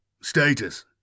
Status